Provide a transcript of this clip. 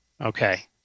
Okay